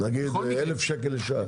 נגיד 1,000 שקלים לשעה.